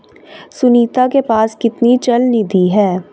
सुनीता के पास कितनी चल निधि है?